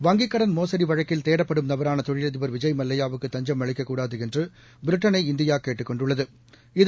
வங்கிக்கடன் மோசடிவழக்கில் தேடப்படும் நபராளதொழிலதிபர் விஜய் மல்லையாவுக்கு தஞ்சம் அளிக்கக்கூடாதுஎன்றுபிரிட்டனை இந்தியாகேட்டுக் கொண்டுள்ளது